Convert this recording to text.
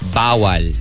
bawal